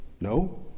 no